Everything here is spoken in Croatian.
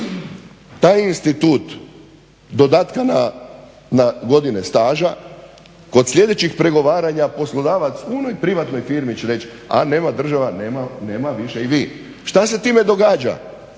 taj institut dodatna na godine staža, kod sljedećih pregovaranja poslodavac punoj privatnoj firmi će reć, a nema država nema više i vi. Šta se time događa?